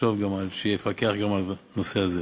נחשוב גם שיפקח גם על הנושא הזה.